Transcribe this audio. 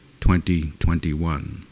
2021